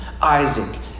Isaac